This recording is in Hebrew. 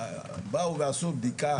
באו ועשו בדיקה,